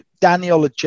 Daniel